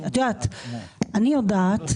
אני יודעת,